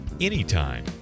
anytime